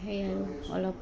সেই আৰু অলপ